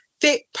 fit